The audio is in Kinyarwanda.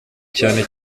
cyane